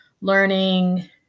learning